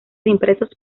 impresos